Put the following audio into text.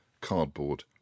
cardboard